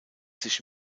sich